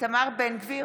איתמר בן גביר,